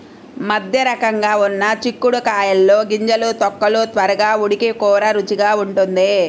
మధ్యరకంగా ఉన్న చిక్కుడు కాయల్లో గింజలు, తొక్కలు త్వరగా ఉడికి కూర రుచిగా ఉంటుంది